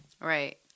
Right